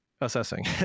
assessing